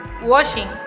washing